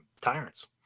tyrants